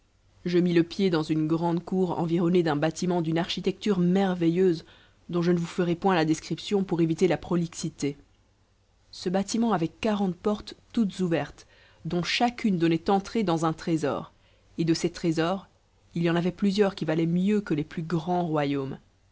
je mis le pied dans une grande cour environnée d'un bâtiment d'une architecture merveilleuse dont je ne vous ferai point la description pour éviter la prolixité ce bâtiment avait quarante portes toutes ouvertes dont chacune donnait entrée dans un trésor et de ces trésors il y en avait plusieurs qui valaient mieux que les plus grands royaumes